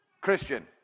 Christian